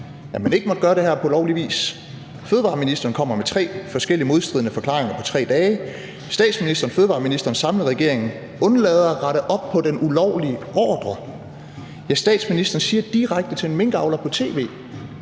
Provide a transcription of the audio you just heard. at man ikke kunne gøre det her på lovlig vis. Fødevareministeren kommer med tre forskellige, modstridende forklaringer på 3 dage. Statsministeren, fødevareministeren og den samlede regering undlader at rette op på den ulovlige ordre. Ja, statsministeren siger direkte til en minkavler på tv,